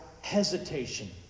hesitation